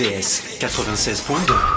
96.2